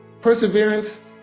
Perseverance